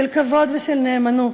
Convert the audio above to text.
של כבוד ושל נאמנות.